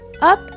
up